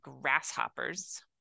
grasshoppers